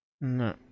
no